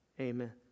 Amen